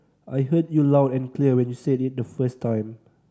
I heard you loud and clear when you said it the first time